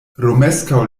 romeskaŭ